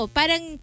parang